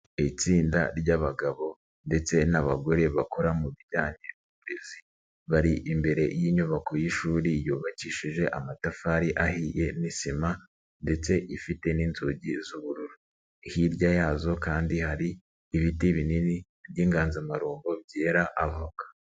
Itsinda ry'abagabo ndetse n'abagore bakora mu bijyanye n'uburezi bari imbere y'inyubako y'ishuri yubakishije amatafari ahiye n'isima ndetse ifite n'inzugi z'ubururu, hirya yazo kandi hari ibiti binini by'inganzamarumbo byera avoka.